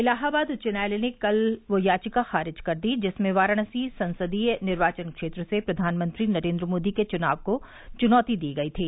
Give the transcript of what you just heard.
इलाहाबाद उच्च न्यायालय ने कल वह याचिका खारिज कर दी जिसमें वाराणसी संसदीय निर्वाचन क्षेत्र से प्रधानमंत्री नरेन्द्र मोदी के चुनाव को चुनौती दी गई थी